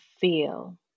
feel